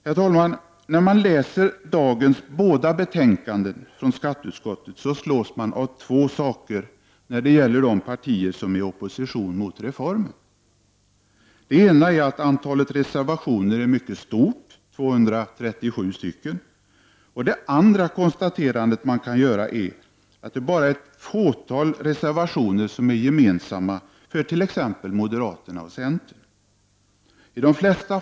Den som läser de båda betänkandena från skatteutskottet som i dag är aktuella slås av två saker när det gäller de partier som är i opposition mot reformen: dels är antalet reservationer mycket stort — det rör sig om 237 reservationer —, dels är det ett fåtal reservationer som olika partier, t.ex. moderaterna och centern, har gemensamt.